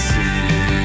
See